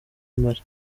mpari